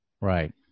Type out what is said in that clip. Right